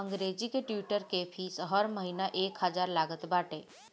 अंग्रेजी के ट्विटर के फ़ीस हर महिना एक हजार लागत बाटे